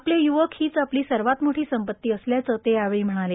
आपले य्वक हीच आपली सर्वात मोठी संपत्ती असल्याचं ते यावेळी म्हणाले